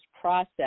process